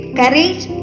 courage